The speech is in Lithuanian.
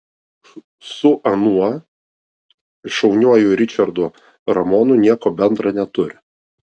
su anuo šauniuoju ričardu ramonu nieko bendra neturi